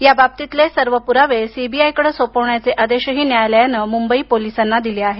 याबाबतीतले सर्व पुरावे सीबीआयकडे सोपवण्याचे आदेश न्यायालयानं मुंबई पोलिसांना दिले आहेत